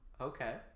Okay